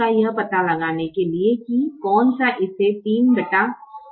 यह पता लगाने के लिए कि कौन सा इसे बदलता है